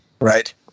Right